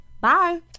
Bye